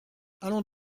allons